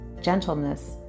gentleness